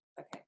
Okay